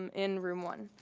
um in room one.